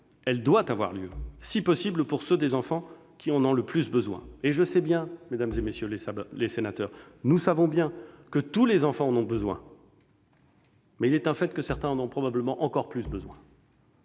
elle doit avoir lieu, si possible pour les enfants qui en ont le plus besoin. Je sais bien, mesdames, messieurs les sénateurs, nous savons bien que tous les enfants en ont besoin, mais il est un fait que certains en ont probablement encore plus besoin.